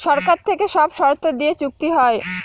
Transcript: সরকার থেকে সব শর্ত দিয়ে চুক্তি হয়